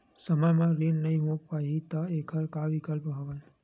समय म ऋण नइ हो पाहि त एखर का विकल्प हवय?